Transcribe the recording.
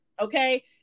okay